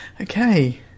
Okay